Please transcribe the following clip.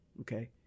okay